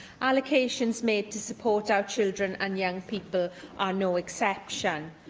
allocations made to support our children and young people are no exception.